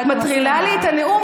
את מטרילה לי את הנאום,